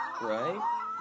Right